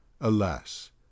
alas